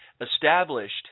established